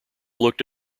looked